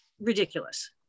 Ridiculous